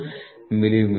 039 millimetre